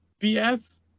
BS